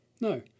No